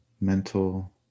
mental